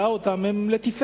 ודאי סייר וראה אותם, הם לתפארת.